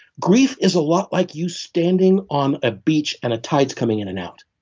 grief is a lot like you standing on a beach, and a tide is coming in and out.